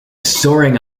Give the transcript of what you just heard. soaring